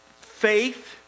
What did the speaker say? faith